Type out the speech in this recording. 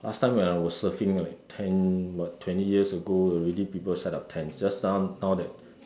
last time when I was surfing right ten what twenty years ago already people set up tents just some now that